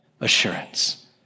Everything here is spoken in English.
assurance